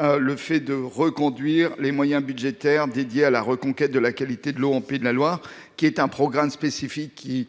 de reconduire les moyens budgétaires dédiés à la reconquête de la qualité de l’eau en Pays de la Loire, un programme spécifique